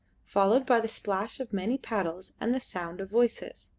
followed by the splash of many paddles and the sound of voices.